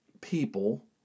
people